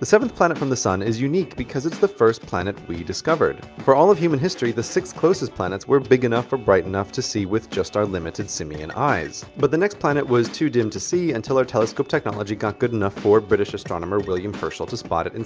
the seventh planet from the sun is unique because it's the first planet we discovered. for all of human history the sixth closest planets were big enough or bright enough to see with just our limited simian eyes. but the next planet was to dim to see until our telescope technology got good enough for british astronomer wilhelm herschel to spot it in